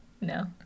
No